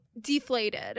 deflated